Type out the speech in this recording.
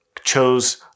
chose